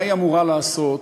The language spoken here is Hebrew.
מה היא אמורה לעשות,